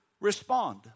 respond